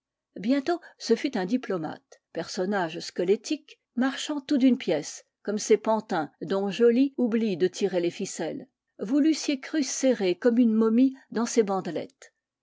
bientôt ce fut un diplomate personnage squelettique marchant tout d'une pièce comme ces pantins dont joly oublie de tirer les ficelles vous l'eussiez cru serré comme une momie dans ses bandelettes